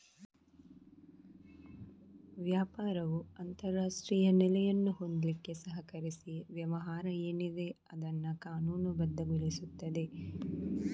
ವ್ಯಾಪಾರವು ಅಂತಾರಾಷ್ಟ್ರೀಯ ನೆಲೆಯನ್ನು ಹೊಂದ್ಲಿಕ್ಕೆ ಸಹಕರಿಸಿ ವ್ಯವಹಾರ ಏನಿದೆ ಅದನ್ನ ಕಾನೂನುಬದ್ಧಗೊಳಿಸ್ತದೆ